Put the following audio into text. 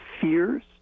fears